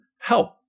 help